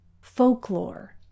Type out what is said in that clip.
folklore